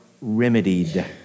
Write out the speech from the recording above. remedied